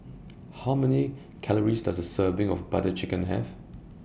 How Many Calories Does A Serving of Butter Chicken Have